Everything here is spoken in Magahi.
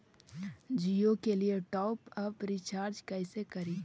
जियो के लिए टॉप अप रिचार्ज़ कैसे करी?